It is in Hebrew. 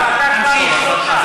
תמשיך.